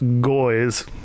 goys